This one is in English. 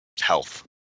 health